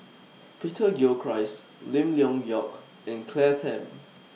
Peter Gilchrist Lim Leong Geok and Claire Tham